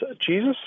Jesus